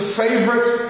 favorite